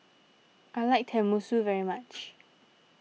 I like Tenmusu very much